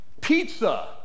pizza